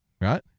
right